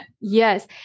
Yes